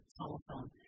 telephone